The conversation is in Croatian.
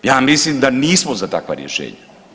Ja mislim da nismo za takva rješenja.